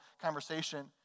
conversation